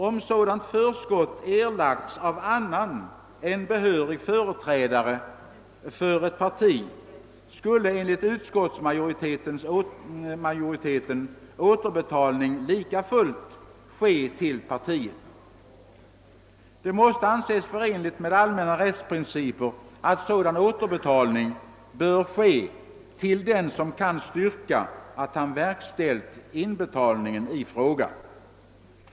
Om sådant förskott erlagts av annan än behörig företrädare för ett parti, skulle enligt utskottsmajoriteten återbetalning lika fullt göras till partiet. Det måste anses förenligt med allmänna rättsprinciper att sådan återbetalning bör erläggas till den som verkligen kan styrka att han verkställt inbetalningen i fråga.